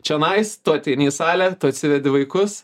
čionais tu ateini į salę atsivedi vaikus